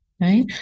Right